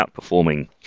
outperforming